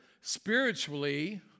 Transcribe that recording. spiritually